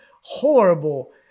horrible